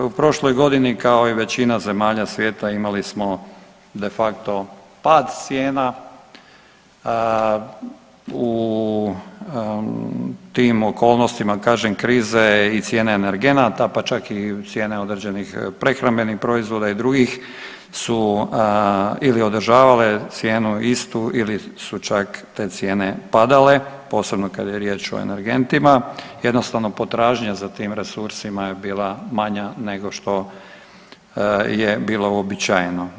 U prošloj godini kao i većina zemalja svijeta imali smo de facto pad cijena, u tim okolnostima kažem krize i cijene energenata pa čak i cijene određenih prehrambenih proizvoda i drugih su ili održavale cijenu istu ili su čak te cijene padale, posebno kad je riječ o energentima, jednostavno potražnja za tim resursima je bila manja nego što je bilo uobičajeno.